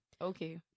Okay